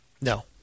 No